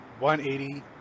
180